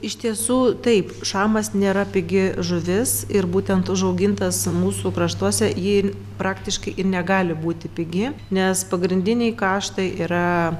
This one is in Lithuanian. iš tiesų taip šamas nėra pigi žuvis ir būtent užaugintas mūsų kraštuose ji praktiškai ir negali būti pigi nes pagrindiniai kaštai yra